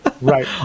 Right